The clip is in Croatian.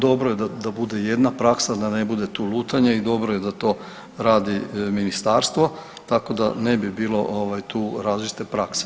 Dobro je da bude jedna praksa, da ne bude tu lutanja i dobro je da to radi ministarstvo tako da ne bi bilo tu različite prakse.